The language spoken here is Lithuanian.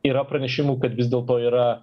yra pranešimų kad vis dėlto yra